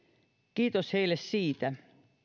kiitos heille siitä